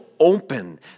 open